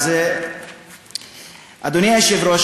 אדוני היושב-ראש,